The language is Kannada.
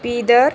ಬೀದರ್